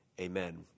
Amen